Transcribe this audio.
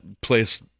place